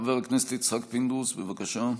חבר הכנסת יצחק פינדרוס, בבקשה.